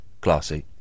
classy